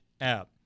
app